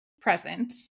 present